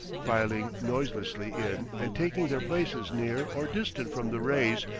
filing noiselessly in and taking their places near or distant from the reis,